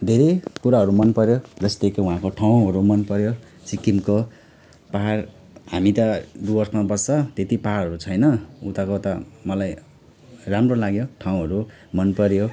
धेरै कुराहरू मनपऱ्यो जस्तै कि वहाँको ठाउँहरू मनपऱ्यो सिक्किमको पाहाड हामी त डुवर्समा बस्छ त्यत्ति पाहाडहरू छैन उताको त मलाई राम्रो लाग्यो ठाउँहरू मनपऱ्यो